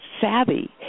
savvy